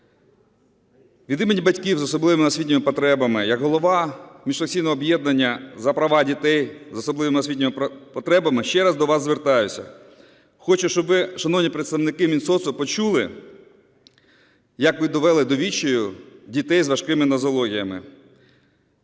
Від імені батьків дітей з особливими освітніми потребами як голова міжфракційного об'єднання "За права дітей з особливими освітніми потребами" ще раз до вас звертаюся. Хочу, щоб ви, шановні представники Мінсоцу, почули як ви довели до відчаю дітей з важкими нозологіями.